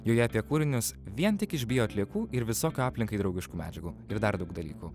joje apie kūrinius vien tik iš bioatliekų ir visokių aplinkai draugiškų medžiagų ir dar daug dalykų